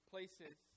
Places